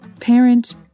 parent